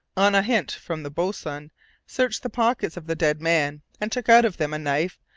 on a hint from the boatswain, searched the pockets of the dead man, and took out of them a knife,